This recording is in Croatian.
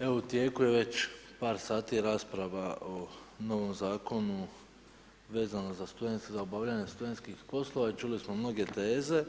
Evo u tijeku je već par sati rasprava o novom zakonu vezano za obavljanje studentskih poslova i čuli smo mnoge teze